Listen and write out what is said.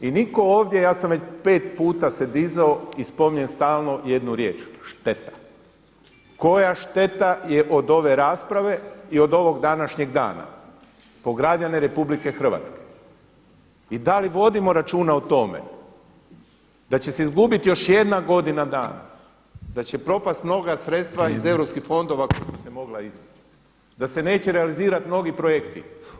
I niko ovdje ja sam već pet puta se dizao i spominjem stalno jednu riječ, šteta, koja šteta je od ove rasprave i od ovog današnjeg dana po građane RH i da li vodimo računa o tome da će se izgubiti još jedna godina dana, da će propast mnoga sredstva [[Upadica Petrov: Vrijeme.]] iz europskih fondova koja bi se mogla izivuć, da se neće realizirati mnogi projekti.